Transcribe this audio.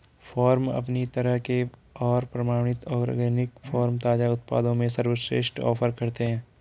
farm अपनी तरह के और प्रमाणित ऑर्गेनिक फ़ार्म ताज़ा उत्पादों में सर्वश्रेष्ठ ऑफ़र करते है